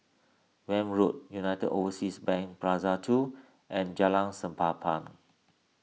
Welm Road United Overseas Bank Plaza two and Jalan